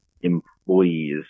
employees